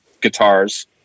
guitars